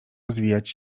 rozwijać